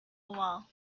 wall